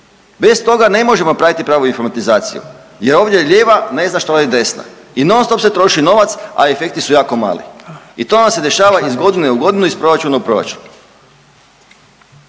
Bez toga ne možemo napraviti pravu informatizaciju jer ovdje lijeva ne zna što radi desna. I non-stop se troši novac, a efekti su jako mali. I to vam se dešava iz godine u godinu, iz proračuna u proračun.